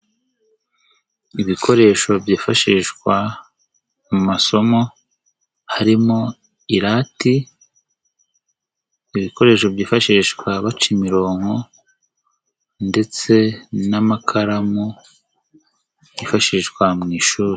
Ibikoresho byifashishwa mu masomo, harimo irati, ibikoresho byifashishwa baca imirongo, ndetse n'amakaramu yifashishwa mu ishuri.